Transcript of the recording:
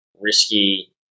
risky